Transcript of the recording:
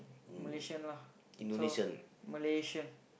Malaysian lah so Malaysian